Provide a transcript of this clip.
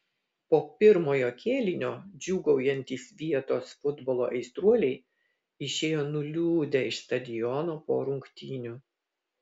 po pirmojo kėlinio džiūgaujantys vietos futbolo aistruoliai išėjo nuliūdę iš stadiono po rungtynių